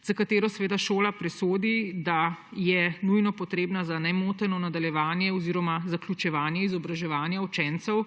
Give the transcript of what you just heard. za katerega šola presodi, da je nujno potreben za nemoteno nadaljevanje oziroma zaključevanje izobraževanja učencev,